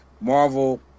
Marvel